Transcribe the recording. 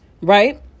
right